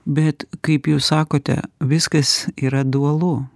bet kaip jūs sakote viskas yra dualu